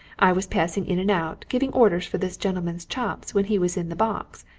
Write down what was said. i was passing in and out, giving orders for this gentleman's chops, when he was in the box.